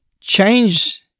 change